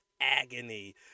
agony